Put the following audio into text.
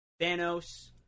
Thanos